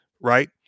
right